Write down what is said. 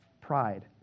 Pride